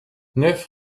neuf